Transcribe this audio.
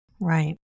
Right